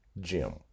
Jim